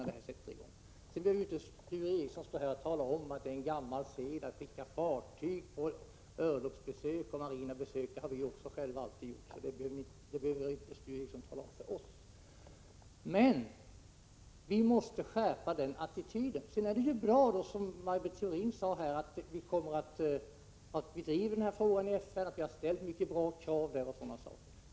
Så Sture Ericson behöver inte tala om att det är en gammal sed att skicka örlogsfartyg på besök och att vi själva också gjort det. Vi måste som sagt skärpa vår attityd. Som Maj Britt Theorin sade är det bra att vi driver frågan i FN. Vi har ställt vissa mycket bestämda krav.